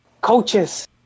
coaches